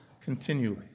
continually